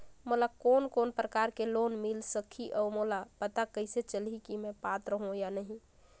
मोला कोन कोन प्रकार के लोन मिल सकही और मोला पता कइसे चलही की मैं पात्र हों या नहीं?